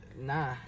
Nah